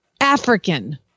African